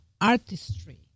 artistry